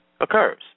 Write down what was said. occurs